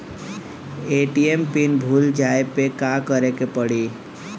ATM pin भूल जाए पे का करे के पड़ी?